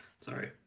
Sorry